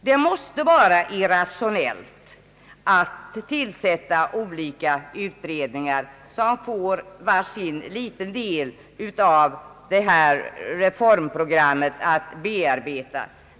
Det måste vara irrationellt att tillsätta olika utredningar som får var sin liten bit av reformprogrammet att bearbeta.